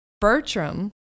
Bertram